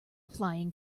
flying